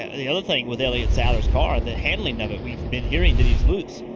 and the other thing with elliott sadler's car, the handling of it, we've been hearing he's loose.